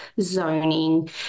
zoning